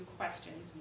questions